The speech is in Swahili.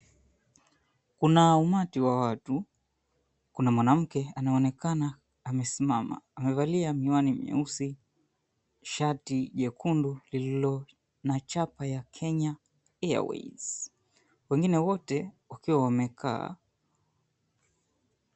Kuna umati wa watu. Kuna mwanamke anaonekana amesimama. Amevalia miwani nyeusi shati jekundu lililo na chapa ya, Kenya Airways, wengine wote wakiwa wamekaa.